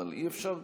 אבל אי-אפשר ככה.